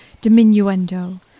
Diminuendo